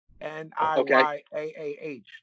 N-I-Y-A-A-H